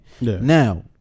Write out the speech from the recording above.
Now